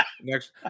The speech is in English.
Next